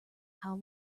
how